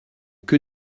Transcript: que